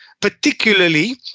particularly